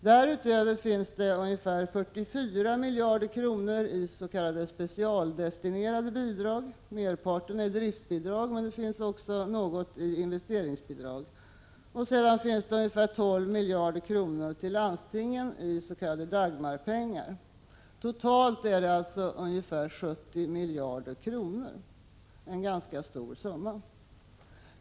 Därutöver finns det ca 44 miljarder kronor i specialdestinerade bidrag; merparten är driftsbidrag, men det finns också vissa investeringsbidrag, och sedan finns det ca 12 miljarder kronor till landstingen i s.k. Dagmarpengar. Totalt handlar det alltså om ca 70 miljarder kronor — en ganska stor summa.